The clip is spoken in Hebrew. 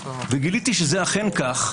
וגיליתי שזה אכן כך,